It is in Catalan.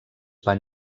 van